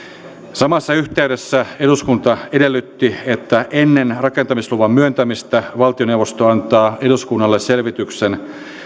samassa yhteydessä eduskunta edellytti että ennen rakentamisluvan myöntämistä valtioneuvosto antaa eduskunnalle selvityksen